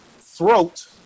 throat